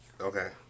Okay